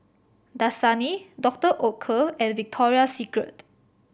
Dasani Doctor Oetker and Victoria Secret